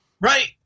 Right